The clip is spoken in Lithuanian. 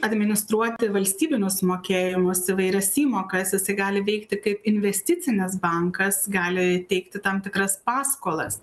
administruoti valstybinius mokėjimus įvairias įmokas jisai gali veikti kaip investicinis bankas gali teikti tam tikras paskolas